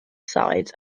sides